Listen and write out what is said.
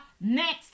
next